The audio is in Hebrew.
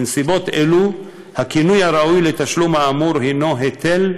בנסיבות אלו הכינוי הראוי לתשלום האמור הוא היטל,